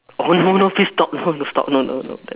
oh no no please stop no no stop no no not that